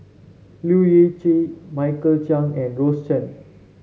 Leu Yew Chye Michael Chiang and Rose Chan